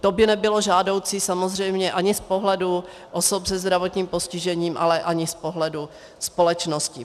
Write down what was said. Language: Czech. To by nebylo žádoucí samozřejmě ani z pohledu osob se zdravotním postižením, ale ani z pohledu společnosti.